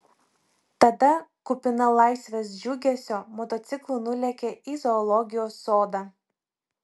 tada kupina laisvės džiugesio motociklu nulėkė į zoologijos sodą